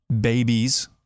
babies